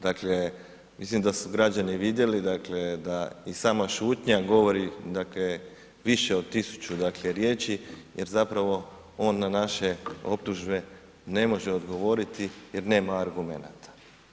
Dakle mislim da su građani vidjeti dakle da i sama šutnja govori dakle više od tisuću dakle riječi jer zapravo on na naše optužbe ne može odgovoriti jer nema argumenata.